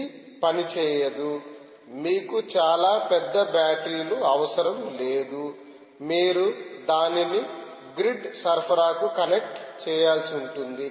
ఇది పని చేయదు మీకు చాలా పెద్ద బ్యాటరీ లు అవసరం లేదా మీరు దానిని గ్రిడ్ సరఫరాకు కనెక్ట్ చేయాల్సి ఉంటుంది